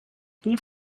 com